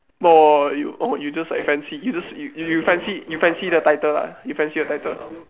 lol you oh you just like fancy you just you you fancy you fancy the title ah you fancy your title